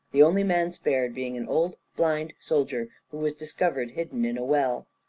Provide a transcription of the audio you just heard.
the only man spared being an old blind soldier, who was discovered hidden in a well.